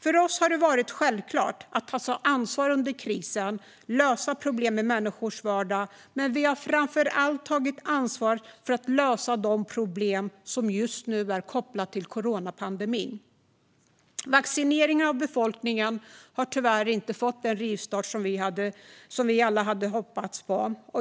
För oss har det varit självklart att ta ansvar under krisen och lösa problem i människors vardag. Men vi har framför allt tagit ansvar för att lösa de problem som just nu är kopplade till coronapandemin. Vaccineringen av befolkningen har tyvärr inte fått den rivstart som vi alla hade hoppats på.